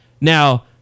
Now